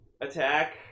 attack